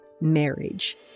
marriage